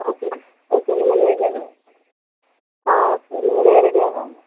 okay ma'am okay நீங்கள் நேரில் ஆ okay நீங்கள் நேரடியாக வாங்க